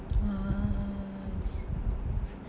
!wow! I see